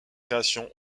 création